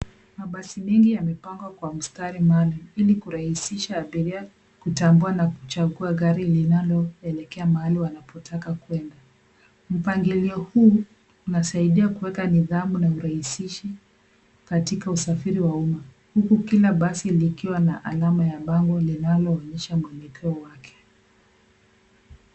Mabasi mengi yamepangwa kwa mstari maalum ili kurahisisha abiria kutambua na kuchagua gari linaloelekea mahali wanapotaka kwenda .Mpangilio huu unasaidia kuweka nidhamu na urahisishi katika usafiri wa umma. Huku kila basi likiwa na alama ya bango linaloonyesha muelekeo wake.